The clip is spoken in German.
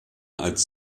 als